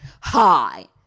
Hi